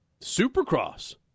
Supercross